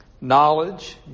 Knowledge